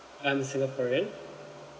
I'm a singaporean